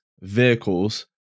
vehicles